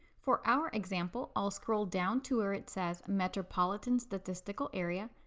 for our example, i'll scroll down to where it says metropolitan statistical area,